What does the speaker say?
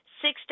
Six